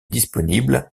disponible